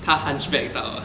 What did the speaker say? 他 hunchback 到 ah